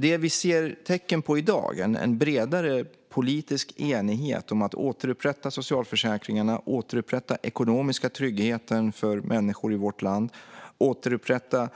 Det vi ser tecken på i dag, det vill säga en bredare politisk enighet om att återupprätta socialförsäkringarna, återupprätta den ekonomiska tryggheten för människor i vårt land och återupprätta